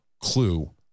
clue